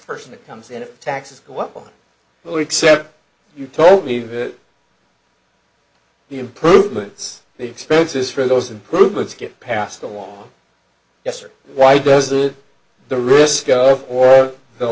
person that comes in taxes go up on the except you told me that the improvements the expenses for those improvements get passed along yes or why does that the risk of or the